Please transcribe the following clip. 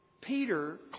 Peter